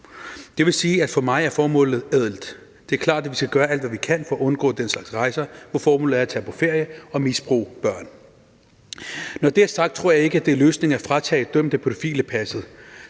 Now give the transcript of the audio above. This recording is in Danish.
Det vil sige, at for mig er formålet ædelt; det er klart, at vi skal gøre alt, hvad vi kan, for at undgå den slags rejser, hvor formålet er at tage på ferie og misbruge børn. Når det er sagt, tror jeg ikke, at det er løsningen at fratage dømte pædofile passet.